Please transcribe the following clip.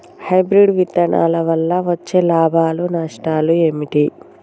Hybrid విత్తనాల వల్ల వచ్చే లాభాలు నష్టాలు ఏమిటి?